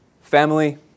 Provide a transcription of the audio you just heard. Family